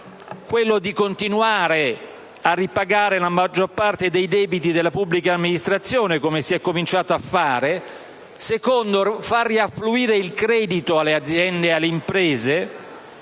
primo: continuare a ripagare la maggior parte dei debiti della pubblica amministrazione, come si è cominciato a fare. Il secondo: far riaffluire il credito alle imprese,